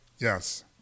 Yes